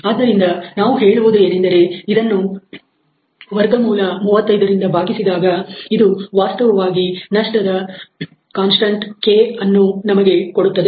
ಆದ್ದರಿಂದ ನಾವು ಹೇಳುವುದು ಏನೆಂದರೆ ಇದನ್ನು ವರ್ಗಮೂಲ 35 ರಿಂದ ಭಾಗಿಸಿದಾಗ ಇದು ವಾಸ್ತವವಾಗಿ ನಷ್ಟದ ಕಾನ್ಸ್ಟಂಟ್ k ಅನ್ನು ನಮಗೆ ಕೊಡುತ್ತದೆ